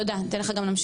תודה אני אתן לך להמשיך.